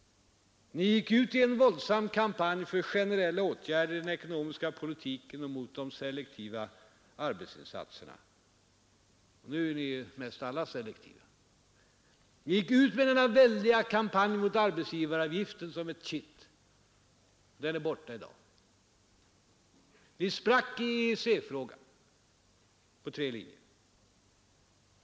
Ni gick ut i en våldsam kampanj för generella åtgärder i den ekonomiska politiken och mot de selektiva arbetsinsatserna. Nu är ni nästan alla för det selektiva. Ni gick ut med denna väldiga kampanj mot arbetsgivaravgiften som ett kitt. Den är borta i dag. Ni sprack på tre linjer i EEC-frågan.